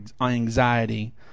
anxiety